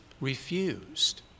refused